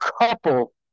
couple